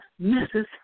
Mrs